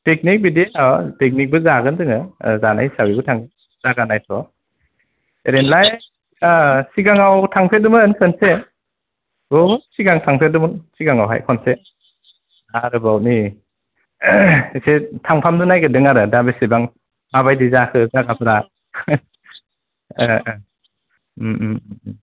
picnic बिदि पिकनिकबो जागोन जोङो जानायफोरा बियो थांगोन जागा नायथाव ओरैनो लाय सिगांआव थांफेरदोंमोन खनसे बहुद सिगां थांफेरदोंमोन सिगाङावहाय खनसे ओरोबाव नै खनसे थांफामनो नागिरदों आरो दा बेसेबां माबादि जाखो जागाफ्रा